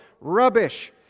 Rubbish